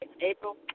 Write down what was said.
April